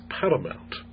paramount